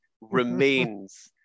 remains